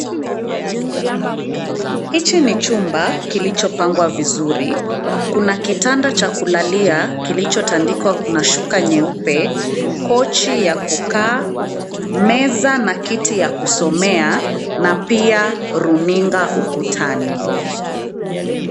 Hichi ni chumba kilicho pangwa vizuri. Kuna kitanda cha kulalia kilicho tandikwa na shuka nyeupe, kochi ya kukaa, meza na kiti ya kusomea na pia runinga ukutani.